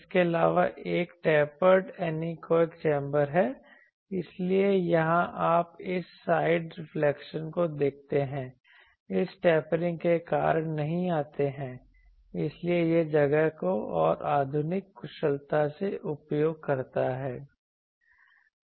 इसके अलावा एक टेपरड एनीकोएक चेंबर है इसलिए यहां आप उस साइड रिफ्लेक्शन को देखते हैं इस टेपरिंग के कारण नहीं आते हैं इसलिए यह जगह को और अधिक कुशलता से उपयोग करता है